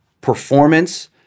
performance